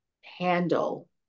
handle